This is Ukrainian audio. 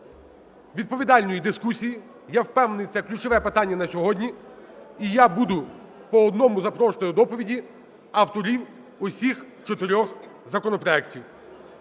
відповідальної дискусії. Я впевнений, це ключове питання на сьогодні. І я буду по одному запрошувати до доповіді авторів усіх чотирьох законопроектів.